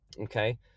okay